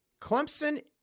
Clemson